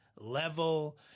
level